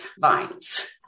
vines